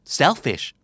selfish